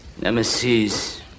Nemesis